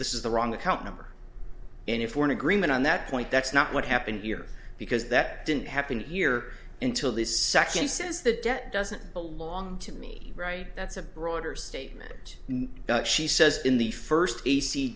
this is the wrong account number and if we're in agreement on that point that's not what happened here because that didn't happen here until this second says the debt doesn't belong to me right that's a broader statement she says in the first e c